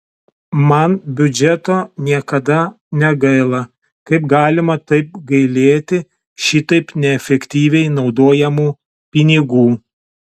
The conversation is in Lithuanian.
man biudžeto niekada negaila kaip galima taip gailėti šitaip neefektyviai naudojamų pinigų